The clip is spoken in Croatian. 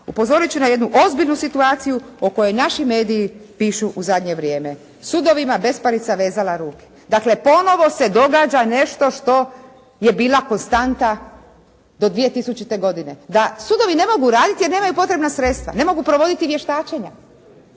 Upozorit ću na jednu ozbiljnu situaciju o kojoj naši mediji pišu u zadnje vrijeme: «Sudovima besparica vezala ruke». Dakle ponovo se događa nešto što je bila konstanta do 2000. godine. Da sudovi ne mogu raditi jer nemaju potrebna sredstva. Ne mogu provoditi vještačenja.